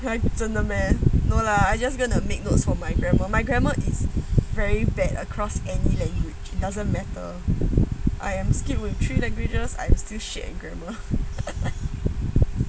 !huh! 真的 meh no lah I just going to make those for my grammer my grammer is very bad across any language doesn't matter I am scared with three languages I'm still shit at grammar